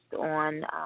on